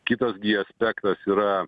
kitas gi aspektas yra